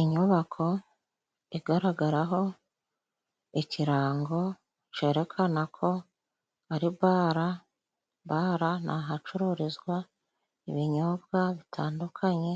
Inyubako igaragaraho ikirango cerekana ko ari bara. Bara ni ahacururizwa ibinyobwa bitandukanye